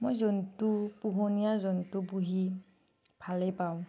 মই জন্তু পোহনীয়া জন্তু পুহি ভালেই পাওঁ